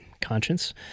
conscience